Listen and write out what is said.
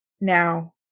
now